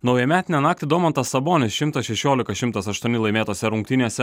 naujametinę naktį domantas sabonis šimtas šešiolika šimtas aštuoni laimėtose rungtynėse